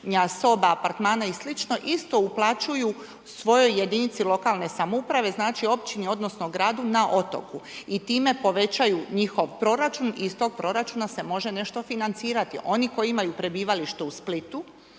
soba, apartmana i slično, isto uplaćuju svojoj jedinici lokalne samouprave, znači općini, odnosno gradu na otoku i time povećaju njihov proračun i iz tog proračuna se može nešto financirati. Oni koji imaju prebivalište u Splitu,